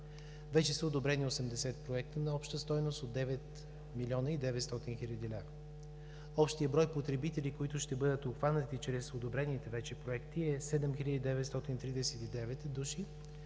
Вече са одобрени 70 проекта на обща стойност от 9 млн. 900 хил. лв. Общият брой потребители, които ще бъдат обхванати чрез одобрените вече проекти, е 7939 души,